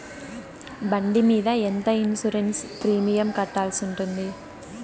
బండి మీద ఎంత ఇన్సూరెన్సు ప్రీమియం కట్టాల్సి ఉంటుంది?